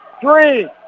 Three